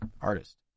artist